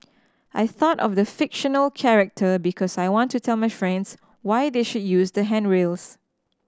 I thought of the fictional character because I want to tell my friends why they should use the handrails